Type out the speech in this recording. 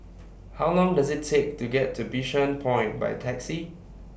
How Long Does IT Take to get to Bishan Point By Taxi